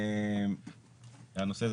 הנושא הזה,